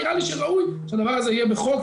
נראה לי שראוי שהדבר הזה יהיה בחוק,